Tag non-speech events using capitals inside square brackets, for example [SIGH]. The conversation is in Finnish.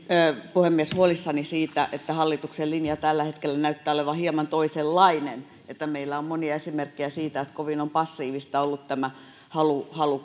puhemies huolissani siitä että hallituksen linja tällä hetkellä näyttää olevan hieman toisenlainen eli meillä on monia esimerkkejä siitä että kovin on kuitenkin passiivista ollut tämä halu halu [UNINTELLIGIBLE]